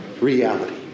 reality